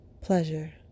pleasure